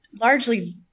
largely